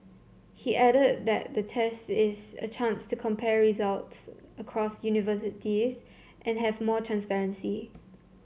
he added that the test is a chance to compare results across universities and have more transparency